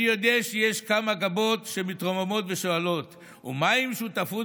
אני יודע שיש כמה גבות שמתרוממות ושואלות: ומה עם שותפות